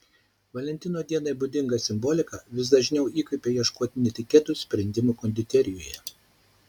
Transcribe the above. valentino dienai būdinga simbolika vis dažniau įkvepia ieškoti netikėtų sprendimų konditerijoje